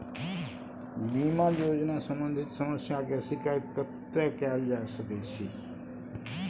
बीमा योजना सम्बंधित समस्या के शिकायत कत्ते कैल जा सकै छी?